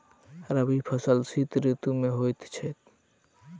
रबी फसल शीत ऋतु मे होए छैथ?